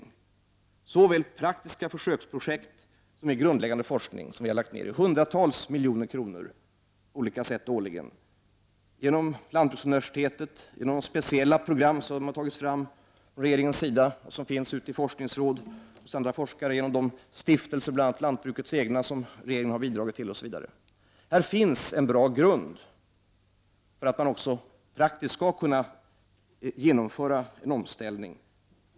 På såväl praktiska försöksprojekt som grundläggande forskning har vi lagt ned hundratals miljoner årligen på olika sätt — genom lantbruksuniversitetet, genom speciella program som har tagits fram från regeringens sida och som finns ute i forskningsråd, hos andra forskare, genom olika stiftelser, bl.a. lantbrukets egna osv. Här finns en bra grund för att praktiskt kunna genomföra en omställning.